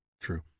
True